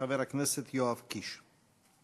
חבר הכנסת יואב קיש.